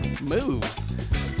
Moves